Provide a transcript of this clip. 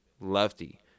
Lefty